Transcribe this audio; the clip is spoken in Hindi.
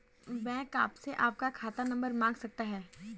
बैंक आपसे आपका खाता नंबर मांग सकता है